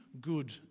good